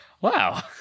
Wow